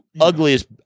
Ugliest